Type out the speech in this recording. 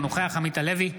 אינו נוכח עמית הלוי,